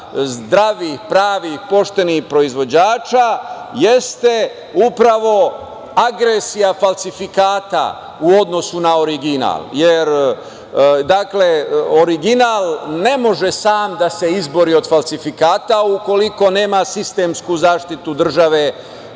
zdravih, pravih, poštenih proizvođača jeste upravo agresija falsifikata u odnosu na original jer original ne može sam da se izbori od falsifikata ukoliko nema sistemsku zaštitu države,